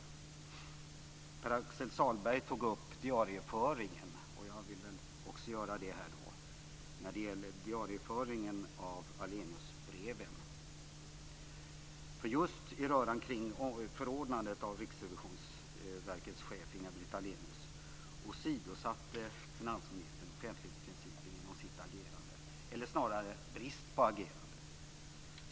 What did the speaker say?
Per Axel Sahlberg tog upp diarieföringen. Jag vill också göra det när det gäller diarieföringen av Ahleniusbreven. Just i röran kring förordnandet av Riksrevisionsverkets chef Inga-Britt Ahlenius åsidosatte finansministern offentlighetsprincipen genom sitt agerande eller snarare brist på agerande.